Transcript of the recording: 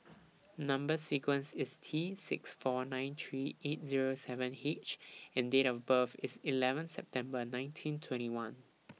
Number sequence IS T six four nine three eight Zero seven H and Date of birth IS eleven September nineteen twenty one